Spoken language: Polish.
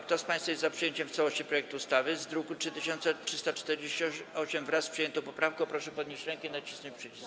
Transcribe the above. Kto z państwa jest za przyjęciem w całości projektu ustawy z druku nr 3348, wraz z przyjętą poprawką, proszę podnieść rękę i nacisnąć przycisk.